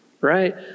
right